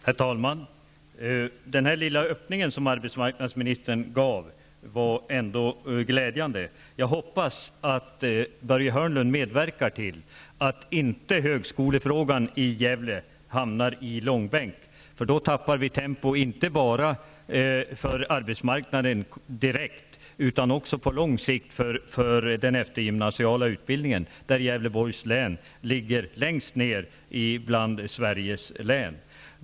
Herr talman! Den här lilla öppningen som arbetsmarknadsministern gjorde var ändå glädjande. Jag hoppas att Börje Hörnlund medverkar till att högskolefrågan i Gävle inte hamnar i långbänk. Då tappar vi tempo, inte bara direkt för arbetsmarknaden, utan också på lång sikt för den eftergymnasiala utbildningen, där Gävleborgs län ligger längst ned bland Sveriges län.